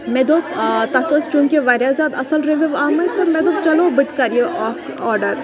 مےٚ دوٚپ تَتھ ٲسۍ چوٗنٛکہِ واریاہ زیادٕ اَصٕل رِوِو آمٕتۍ تہٕ مےٚ دوٚپ چَلو بہٕ تہِ کَر یہِ اَکھ آرڈَر